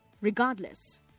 regardless